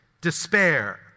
despair